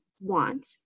want